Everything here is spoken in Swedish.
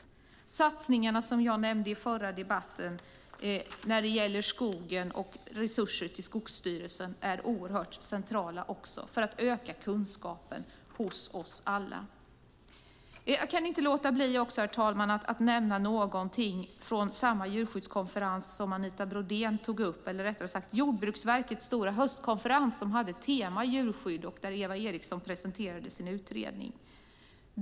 De satsningar på skogen som jag nämnde i den förra debatten och resurser till Skogsstyrelsen är också oerhört viktiga för att öka kunskapen hos oss alla. Herr talman! Jag kan inte heller låta bli att nämna någonting från den djurskyddskonferens som Anita Brodén tog upp. Det var Jordbruksverkets stora höstkonferens som hade djurskydd som tema. Där presenterade Eva Eriksson sin utredning.